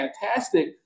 fantastic